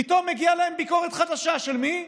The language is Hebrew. פתאום מגיעה להם ביקורת חדשה, של מי?